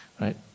right